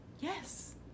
Yes